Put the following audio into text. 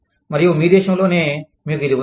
మరియు మీ దేశంలోనే మీకు ఇది ఉంది